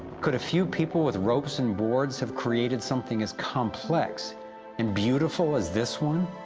could a few people with ropes and boards have created something as complex and beautiful as this one,